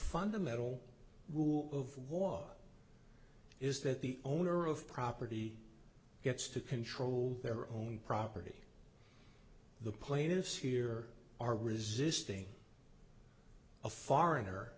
fundamental rule of war is that the owner of property gets to control their own property the plaintiffs here are resisting a foreigner